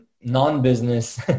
non-business